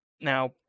Now